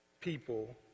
people